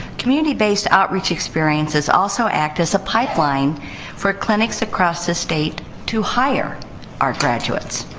community based outreach experiences also act as a pipeline for clinics across the state to hire our graduates.